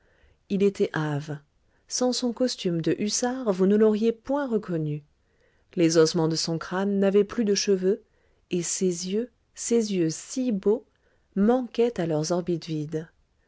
il était hâve sans son costume de hussard vous ne l'auriez point reconnu les ossements de son crâne n'avaient plus de cheveux et ses yeux ses yeux si beaux manquaient à leurs orbites vides